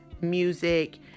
music